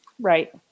Right